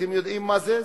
טאבון, אתם יודעים מה זה?